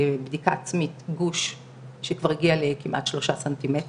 מבנה השד, ככל שמבנה השד סמיך